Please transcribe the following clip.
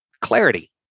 clarity